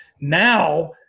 now